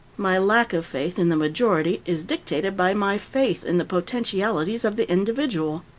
my lack of faith in the majority is dictated by my faith in the potentialities of the individual.